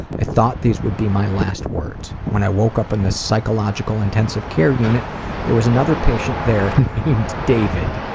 i thought these would be my last words. when i woke up in the psychological intensive care unit there was another patient there named david.